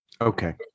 Okay